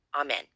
Amen